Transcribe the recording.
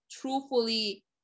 Truthfully